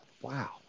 Wow